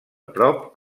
prop